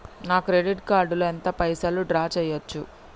నా credit card లో ఎంత పైసల్ డ్రా చేయచ్చు?